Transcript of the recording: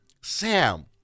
Sam